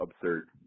absurd